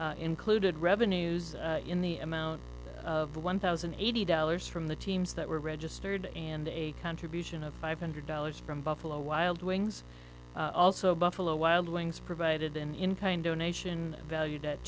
included revenues in the amount of the one thousand and eighty dollars from the teams that were registered and a contribution of five hundred dollars from buffalo wild wings also buffalo wild wings provided an in kind donation valued at